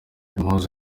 impuzu